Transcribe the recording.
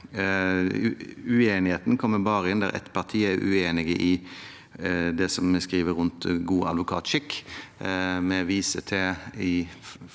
Uenigheten kommer inn bare der ett parti er uenig i det vi skriver om god advokatskikk.